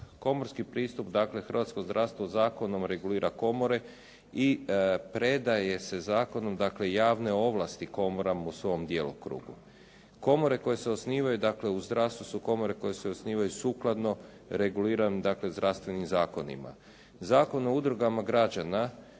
komorski pristup, dakle hrvatsko zdravstvo zakonom regulira komore i predaje se zakonom dakle javne ovlasti komora mu u svom djelokrugu. Komore koje se osnivaju dakle u zdravstvu su komore koje se osnivaju sukladno reguliran dakle zdravstvenim zakonima. Zakon o udrugama građana